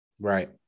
right